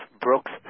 Brooks